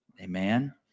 Amen